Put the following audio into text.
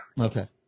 Okay